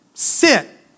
Sit